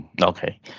Okay